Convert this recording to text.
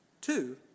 two